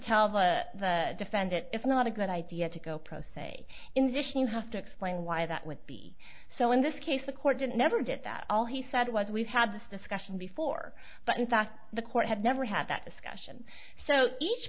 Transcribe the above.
tell the defendant it's not a good idea to go pro se in addition you have to explain why that would be so in this case the court didn't never get that all he said was we've had this discussion before but in fact the court had never had that discussion so each